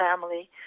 family